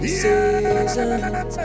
seasons